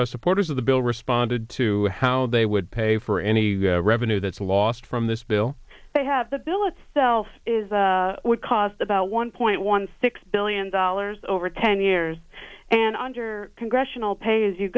supporters of the bill responded to how they would pay for any revenue that's lost from this bill they have the bill itself would cost about one point one six billion dollars over ten years and under congressional pay as you